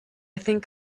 think